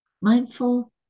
mindful